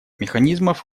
механизмов